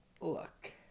Look